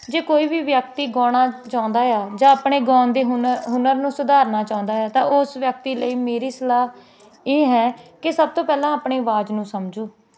ਜੇ ਕੋਈ ਵੀ ਵਿਅਕਤੀ ਗਾਉਣਾ ਚਾਹੁੰਦਾ ਆ ਜਾਂ ਆਪਣੇ ਗਾਉਣ ਦੇ ਹੁਨਰ ਹੁਨਰ ਨੂੰ ਸੁਧਾਰਨਾ ਚਾਹੁੰਦਾ ਹੈ ਤਾਂ ਉਸ ਵਿਅਕਤੀ ਲਈ ਮੇਰੀ ਸਲਾਹ ਇਹ ਹੈ ਕਿ ਸਭ ਤੋਂ ਪਹਿਲਾਂ ਆਪਣੇ ਆਵਾਜ਼ ਨੂੰ ਸਮਝੋ